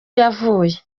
yavuye